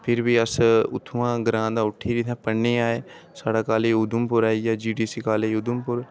फिर बी अस उत्थुआं ग्रांऽ दा उट्ठियै पढ़ने ई आए साढ़ा कालेज उधमपुर आई आ G D C college Udhampur